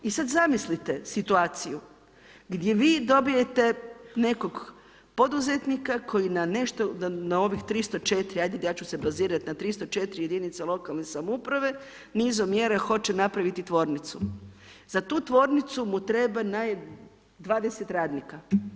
I sada zamislite situaciju gdje vi dobijete nekog poduzetnika koji nešto na ovih 304 hajde ja ću se bazirati na 304 jedinice lokalne samouprave nizom mjerom hoće napraviti tvornicu, za tu tvornicu mu treba 20 radnika.